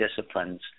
disciplines